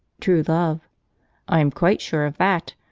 true love i am quite sure of that!